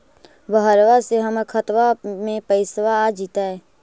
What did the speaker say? बहरबा से हमर खातबा में पैसाबा आ जैतय?